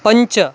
पञ्च